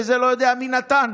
וזה לא יודע מי נתן,